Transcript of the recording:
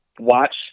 Watch